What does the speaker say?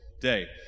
day